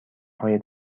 های